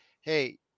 hey